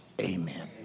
amen